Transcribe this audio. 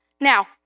Now